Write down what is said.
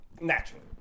Naturally